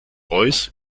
royce